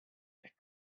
ehk